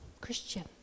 Christian